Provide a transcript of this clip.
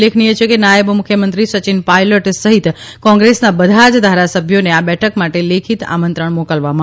ઉલ્લેખનીય છે કે નાયબ મુખ્યમંત્રી સચીન પાયલટ સહિત કોંગ્રેસના બધા જ ધારાસભ્યોને આ બેઠક માટે લેખિત આમંત્રણ મોકલવામાં આવ્યું હતું